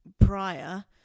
prior